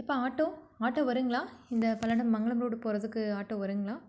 எப்பா auto auto வரும்ங்களா இந்த பல்லடம் மங்களம் ரோடு போகிறதுக்கு ஆட்டோ வரும்ங்களா